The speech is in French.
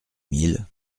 mille